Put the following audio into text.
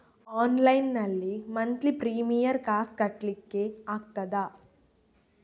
Online ನಲ್ಲಿ monthly premier ಕಾಸ್ ಕಟ್ಲಿಕ್ಕೆ ಆಗ್ತದಾ?